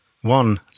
One